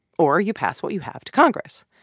or you pass what you have to congress.